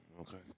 Okay